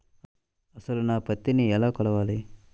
అసలు నా పత్తిని ఎలా కొలవాలి?